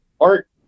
art